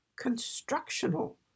constructional